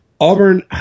Auburn